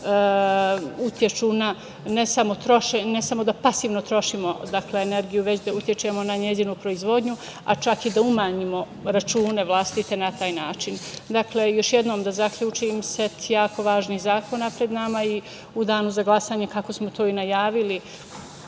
trošenje, ne samo da pasivno trošimo energiju nego da utičemo na njenu proizvodnju, a čak i da umanjimo račune vlastite na taj način. Dakle, da zaključim još jednom, set jako važnih zakona pred nama i u danu za glasanje, kako smo to i najavili